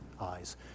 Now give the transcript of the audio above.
eyes